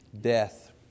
death